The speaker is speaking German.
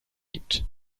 gibt